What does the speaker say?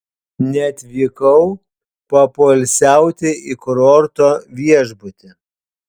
neatvykau papoilsiauti į kurorto viešbutį